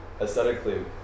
aesthetically